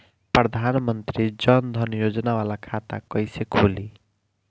प्रधान मंत्री जन धन योजना वाला खाता कईसे खुली?